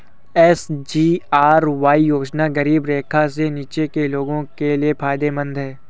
SGRY योजना गरीबी रेखा से नीचे के लोगों के लिए फायदेमंद है